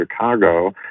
Chicago